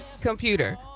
computer